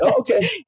okay